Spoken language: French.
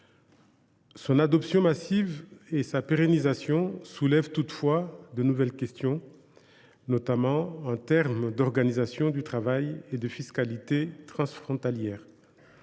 Son adoption massive et sa pérennisation posent toutefois de nouvelles questions, notamment en matière d’organisation du travail et de fiscalité transfrontalière.